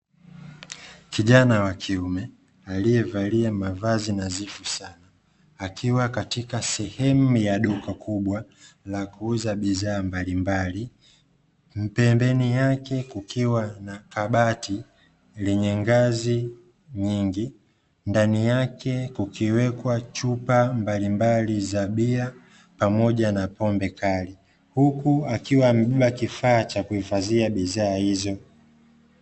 Kijana wa kiume aliyevalia mavazi nadhifu sana akiwa katika sehemu ya duka kubwa la kuudha bidhaa mbalimbali pembeni yake kukiwa na kabati lenye ngazi nyingi, ndani yake kukiwekwa chupa mbalimbali za bia pamoja na pombe kali, huku akiwa amebeba kifaa cha kuhifadhia bidhaa hizo.